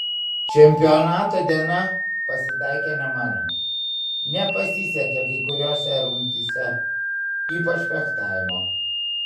čempionato diena pasitaikė ne mano nepasisekė kai kuriose rungtyse ypač fechtavimo